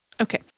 Okay